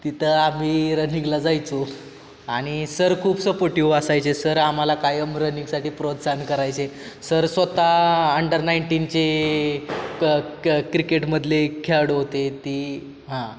तिथं आम्ही रनिंगला जायचो आणि सर खूप सपोर्टिव असायचे सर आम्हाला कायम रनिंगसाठी प्रोत्साहन करायचे सर स्वत अंडर नाईंटीनचे क क क्रिकेटमधले खेळाडू होते ती हां